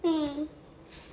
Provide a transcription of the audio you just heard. mmhmm